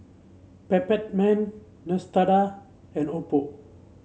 Peptamen Neostrata and Oppo